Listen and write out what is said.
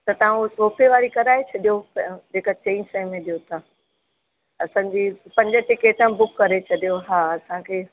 त तव्हां हू सोफे वारी कराए छॾियो जेका चारि सौ में ॾियो था असांजी पंज टिकेटा बुक करे छॾियो हा असांखे